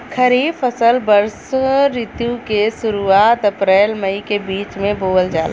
खरीफ फसल वषोॅ ऋतु के शुरुआत, अपृल मई के बीच में बोवल जाला